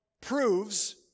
proves